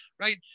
right